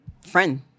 friend